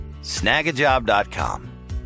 Snagajob.com